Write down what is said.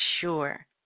sure